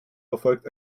erfolgt